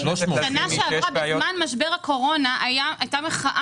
כי בשנה שעברה בזמן משבר הקורונה הייתה מחאה